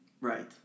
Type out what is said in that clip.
Right